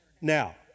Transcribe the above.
Now